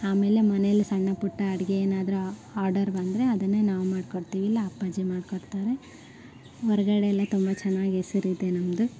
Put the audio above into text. ಆಮೇಲೆ ಮನೆಯಲ್ಲಿ ಸಣ್ಣ ಪುಟ್ಟ ಅಡುಗೆ ಏನಾದರೂ ಆರ್ಡರ್ ಬಂದರೆ ಅದನ್ನು ನಾವು ಮಾಡಿಕೊಡ್ತೀವಿ ಇಲ್ಲ ಅಪ್ಪಾಜಿ ಮಾಡಿಕೊಡ್ತಾರೆ ಹೊರಗಡೆ ಎಲ್ಲ ತುಂಬ ಚೆನ್ನಾಗ್ ಹೆಸ್ರಿದೆ ನಮ್ಮದು